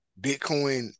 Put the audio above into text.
bitcoin